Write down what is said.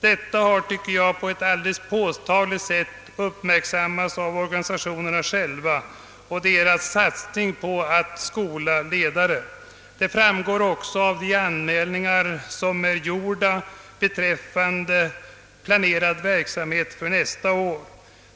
Detta tycker jag på ett alldeles påtagligt sätt har uppmärksammats av organisationerna själva genom deras satsning på att skola ledare, vilket också framgår av de anmälningar som är gjorda om planerad verksamhet för nästa år.